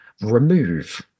remove